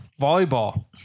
volleyball